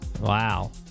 Wow